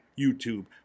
YouTube